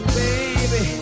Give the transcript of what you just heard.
baby